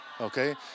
Okay